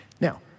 Now